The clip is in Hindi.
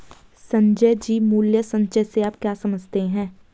संजय जी, मूल्य संचय से आप क्या समझते हैं?